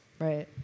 Right